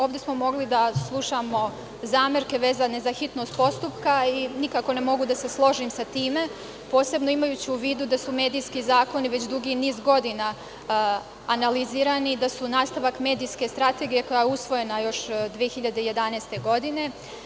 Ovde smo mogli da slušamo zamerke vezane za hitnost postupka i nikako ne mogu da se složim sa tim, posebno imajući u vidu da su medijski zakoni već dugi niz godina analizirani, da su nastavak medijske strategije, koja je usvojena još 2011. godine.